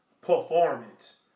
performance